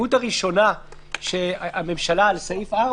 להסתייגות הראשונה של הממשלה לסעיף 4,